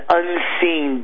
unseen